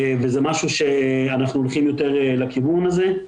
וזה משהו שאנחנו הולכים יותר לכיוון הזה.